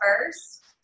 first